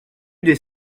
des